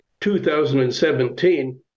2017